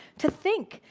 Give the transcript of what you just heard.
to think,